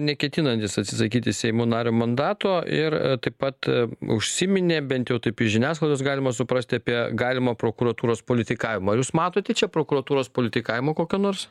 neketinantis atsisakyti seimo nario mandato ir taip pat užsiminė bent jau taip iš žiniasklaidos galima suprasti apie galimą prokuratūros politikavimą jūs matote čia prokuratūros politikavimo kokio nors